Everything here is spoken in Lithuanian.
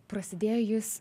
prasidėjo jis